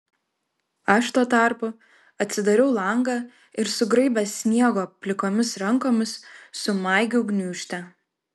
aš tuo tarpu atsidariau langą ir sugraibęs sniego plikomis rankomis sumaigiau gniūžtę